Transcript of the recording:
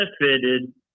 benefited